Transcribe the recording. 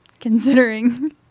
Considering